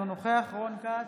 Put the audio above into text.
אינו נוכח רון כץ,